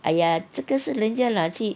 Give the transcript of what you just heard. !aiya! 这个是人家拿去